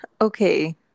Okay